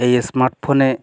এই স্মার্ট ফোনে